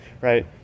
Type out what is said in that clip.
right